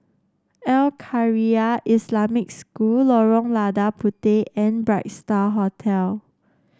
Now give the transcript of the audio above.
Al Khairiah Islamic School Lorong Lada Puteh and Bright Star Hotel